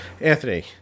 Anthony